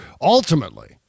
ultimately